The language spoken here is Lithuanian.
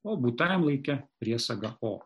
o būtajam laike priesaga o